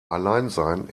alleinsein